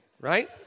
right